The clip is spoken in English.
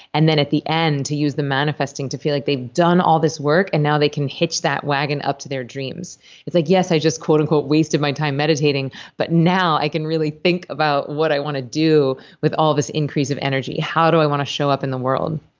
and then at the end to use the manifesting to feel like they've done all this work and now they can hitch that wagon up to their dreams it's like yes, i just, quote unquote, wasted my time meditating, but now i can really think about what i want to do with all this increase of energy. how do i want to show up in the world?